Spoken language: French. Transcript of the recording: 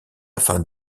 afin